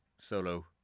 Solo